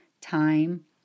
time